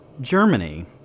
Germany